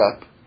up